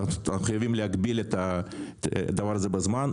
אנחנו חייבים להגביל את זה בזמן,